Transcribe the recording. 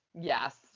Yes